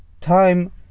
time